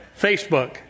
Facebook